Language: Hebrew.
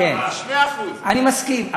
אבל זה 2%. אני מסכים,